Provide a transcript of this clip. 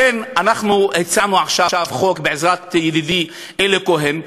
לכן הצענו עכשיו חוק, בעזרת ידידי אלי כהן.